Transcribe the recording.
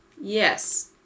Yes